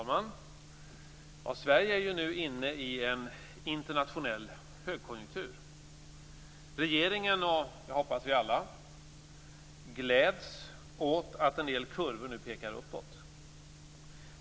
Fru talman! Sverige är nu inne i en internationell högkonjunktur. Regeringen, och jag hoppas vi alla, gläds åt att en del kurvor nu pekar uppåt.